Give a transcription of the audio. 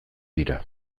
dira